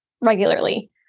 regularly